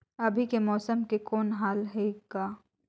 अभी के मौसम के कौन हाल हे ग?